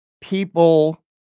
people